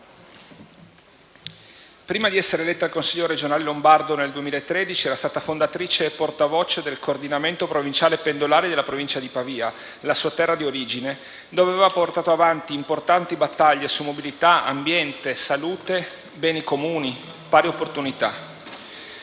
Prima di essere eletta al Consiglio regionale lombardo, nel 2013, era stata fondatrice e portavoce del Coordinamento provinciale pendolari della provincia di Pavia, la sua terra di origine, dove aveva portato avanti importanti battaglie su mobilità, ambiente, salute, beni comuni, pari opportunità.